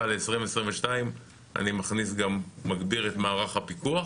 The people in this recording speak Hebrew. ל-2022 אני גם מגביר את מערך הפיקוח,